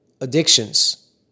addictions